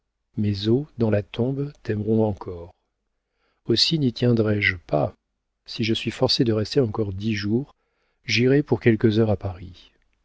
mes os dans la tombe t'aimeront encore aussi n'y tiendrais je pas si je suis forcé de rester encore dix jours j'irai pour quelques heures à paris